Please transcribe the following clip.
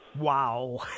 Wow